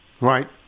Right